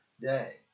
day